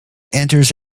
enters